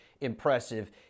impressive